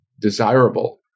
desirable